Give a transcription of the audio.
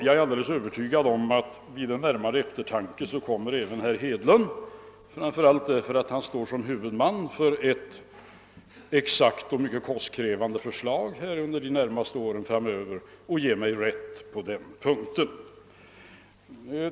Jag är alldeles övertygad om att vid en närmare eftertanke kommer även herr Hedlund att ge mig rätt på den punkten, framför allt därför att han står som huvudman för ett exakt och mycket kostnadskrävande förslag som han har tänkt sig att genomföra under de närmaste åren framöver.